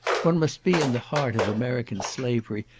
one must be in the heart of american slavery,